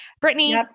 Brittany